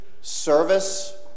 service